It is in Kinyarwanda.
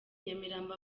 nyamirambo